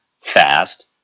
fast